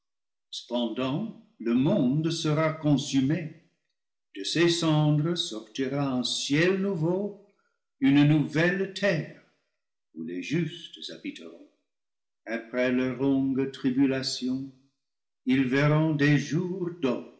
le monde sera consumé de ses cendres sortira un ciel nouveau une nouvelle terre où les justes habi teront après leurs longues tribulations ils verront des jours